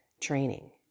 training